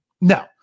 No